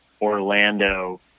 Orlando